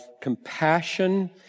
compassion